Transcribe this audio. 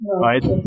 Right